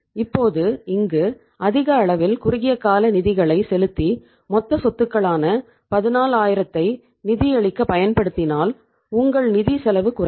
இப்போது இங்கு அதிக அளவில் குறுகிய கால நிதிகளை செலுத்தி மொத்த சொத்துக்களான 14000ஐ நிதியளிக்க பயன்படுத்தினால் உங்கள் நிதி செலவு குறையும்